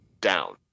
down